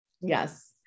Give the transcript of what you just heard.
Yes